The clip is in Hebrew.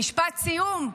משפט סיום,